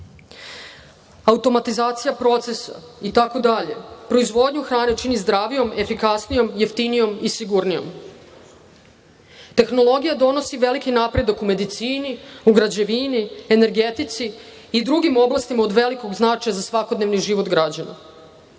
automatizacija procesa itd, proizvodnju hrane čini zdravijom, efikasnijom, jeftinijom i sigurnijom. Tehnologija donosi veliki napredak u medicini, u građevini, u energetici i drugim oblastima od velikog značaja za svakodnevni život građana.